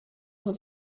was